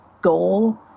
goal